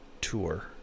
tour